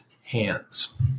hands